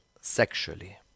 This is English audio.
sexually